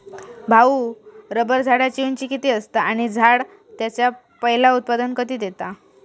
भाऊ, रबर झाडाची उंची किती असता? आणि झाड त्याचा पयला उत्पादन कधी देता?